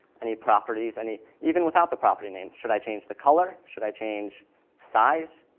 any properties, any even without the property name. should i change the color? should i change size,